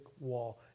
wall